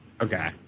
Okay